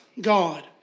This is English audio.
God